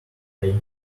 pay